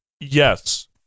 Yes